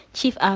Chief